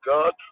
God